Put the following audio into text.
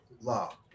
law